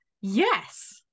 yes